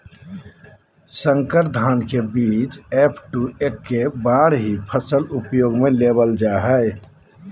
संकर धान के बीज एफ.टू एक्के बार ही फसल उपयोग में लेवल जा हइ